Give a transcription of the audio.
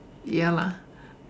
ya lah